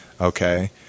Okay